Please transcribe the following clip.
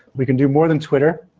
we can do more than twitter.